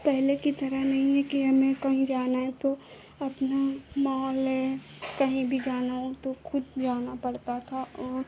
पहले की तरह नहीं है कि हमें कहीं जाना है तो अपना मॉल है कहीं भी जाना हो तो खुद जाना पड़ता था और